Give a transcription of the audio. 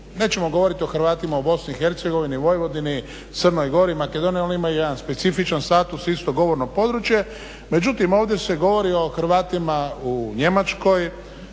nećemo govoriti o Hrvatima u Bosni i Hercegovini, u Vojvodini, Crnoj Gori, Makedoniji. Oni imaju jedan specifičan status, isto govorno područje. Međutim, ovdje se govori o Hrvatima u Njemačkoj,